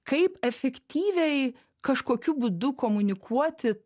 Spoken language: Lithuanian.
kaip efektyviai kažkokiu būdu komunikuoti